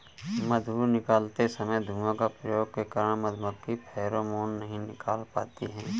मधु निकालते समय धुआं का प्रयोग के कारण मधुमक्खी फेरोमोन नहीं निकाल पाती हैं